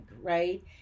right